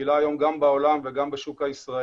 פעילה היום גם בעולם וגם בוק הישראלי.